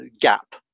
gap